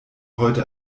heute